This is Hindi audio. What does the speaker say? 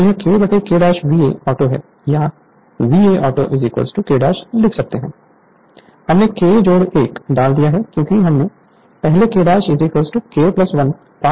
तो यह K K VA ऑटो है या VA ऑटो K लिख सकते हैं हमने K1 डाल दिया है क्योंकि हमने पहले K K1 पार देखा है